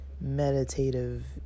meditative